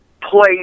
play